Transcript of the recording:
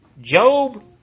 Job